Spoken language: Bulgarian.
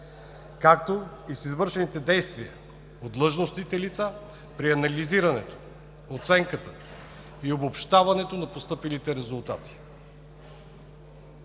както и с извършените действия от длъжностните лица при анализирането, оценката и обобщаването на постъпилите резултати;